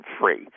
free